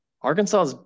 Arkansas